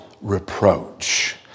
reproach